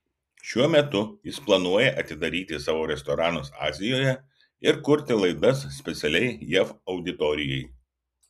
šiuo metu jis planuoja atidaryti savo restoranus azijoje ir kurti laidas specialiai jav auditorijai